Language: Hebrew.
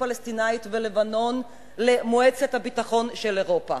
הפלסטינית ולבנון למועצת הביטחון של אירופה.